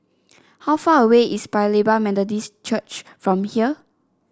how far away is Paya Lebar Methodist Church from here